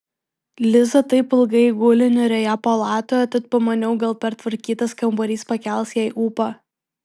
liza taip ilgai guli niūrioje palatoje tad pamaniau gal pertvarkytas kambarys pakels jai ūpą